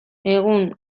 egun